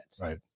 Right